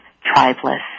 tribeless